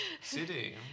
City